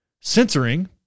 censoring